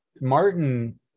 Martin